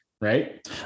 right